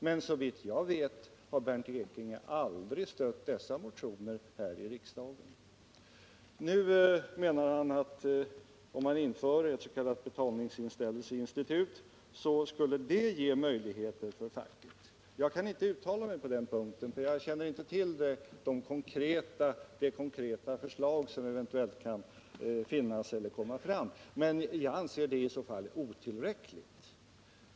Men såvitt jag vet har Bernt Ekinge aldrig stött dessa motioner här i riksdagen. Nu menar han att införandet av ett s.k. betalningsinställelseinstitut skulle ge möjligheter för facket. Jag kan inte uttala mig på den punkten, för jag känner inte till de konkreta förslag som eventuellt kan finnas eller komma att framläggas. Men jag anser det i så fall otillräckligt.